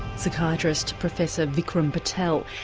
psychiatrist professor vikram patel,